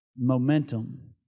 momentum